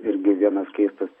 irgi vienas keistas